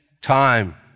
time